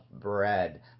bread